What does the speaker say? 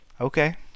okay